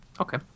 Okay